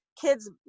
kids